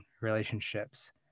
relationships